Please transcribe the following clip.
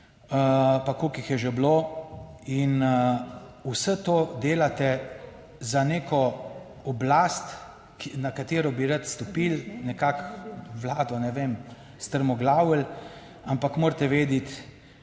Pa koliko jih je že bilo! In vse to delate za neko oblast, na katero bi radi stopili, nekako vlado, ne vem, strmoglavili, ampak morate vedeti,